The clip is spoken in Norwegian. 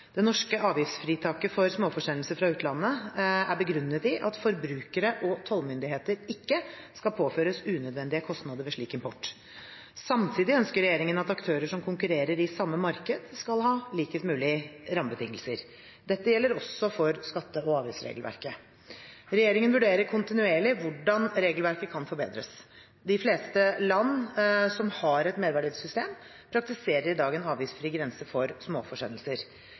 Det norske avgiftsfritaket for småforsendelser fra utlandet er begrunnet i at forbrukere og tollmyndigheter ikke skal påføres unødvendige kostnader ved slik import. Samtidig ønsker regjeringen at aktører som konkurrerer i samme marked, skal ha mest mulig like rammebetingelser. Dette gjelder også for skatte- og avgiftsregelverket. Regjeringen vurderer kontinuerlig hvordan regelverket kan forbedres. De fleste land som har et merverdiavgiftssystem, praktiserer i dag en avgiftsfri grense for